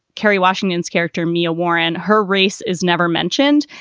kerry washington's character, mia warren. her race is never mentioned.